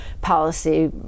policy